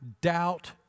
doubt